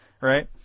right